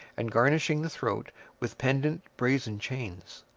and garnishing the throat with pendent brazen chains,